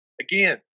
again